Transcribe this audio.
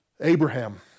Abraham